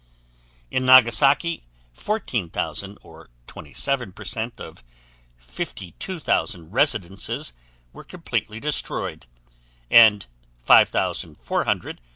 in nagasaki fourteen thousand or twenty seven percent of fifty two thousand residences were completely destroyed and five thousand four hundred,